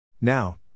Now